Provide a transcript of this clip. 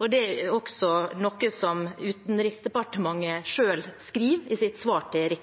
Det er noe Utenriksdepartementet selv skriver